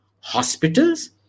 hospitals